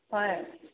ꯍꯣꯏ